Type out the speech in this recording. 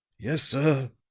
yes, sir.